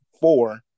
four